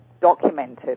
documented